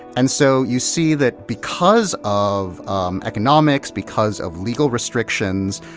and so you see that because of um economics, because of legal restrictions,